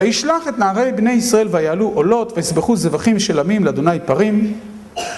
וישלח את נערי בני ישראל ויעלו עולות וסבכו זבחים שלמים לאדוני פרים